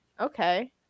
Okay